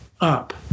up